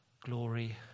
glory